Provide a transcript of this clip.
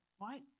right